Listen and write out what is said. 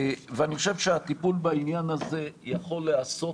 ואני חושב שהטיפול בעניין הזה יכול להיעשות